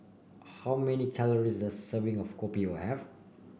how many calories does a serving of Kopi O have